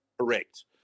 Correct